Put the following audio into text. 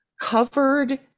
covered